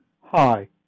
Hi